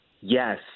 Yes